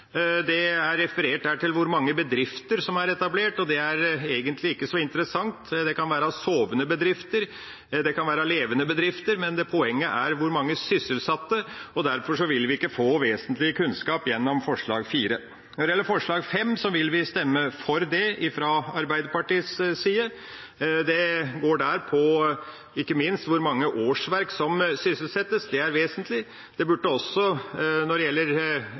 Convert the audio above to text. Det er referert der til hvor mange bedrifter som er etablert. Det er egentlig ikke så interessant – det kan være sovende bedrifter, det kan være levende bedrifter. Poenget er hvor mange sysselsatte, og derfor vil vi ikke kunne få vesentlig kunnskap gjennom forslag nr. 4. Når det gjelder forslag nr. 5, fra Arbeiderpartiet, vil vi stemme for det. Det går på ikke minst hvor mange årsverk som sysselsettes. Det er vesentlig. Det burde også når det gjelder